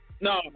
No